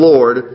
Lord